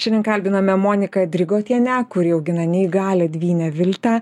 šiandien kalbiname moniką drigotienę kuri augina neįgalią dvynę viltę